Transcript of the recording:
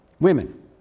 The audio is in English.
Women